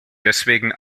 deswegen